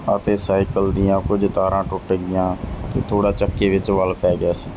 ਅਤੇ ਸਾਈਕਲ ਦੀਆਂ ਕੁਝ ਤਾਰਾਂ ਟੁੱਟ ਗਈਆਂ ਅਤੇ ਥੋੜ੍ਹਾ ਚੱਕੇ ਵਿੱਚ ਵਲ਼ ਪੈ ਗਿਆ ਸੀ